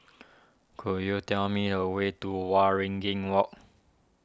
could you tell me a way to Waringin Walk